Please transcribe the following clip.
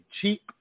cheap